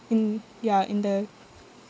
in ya in the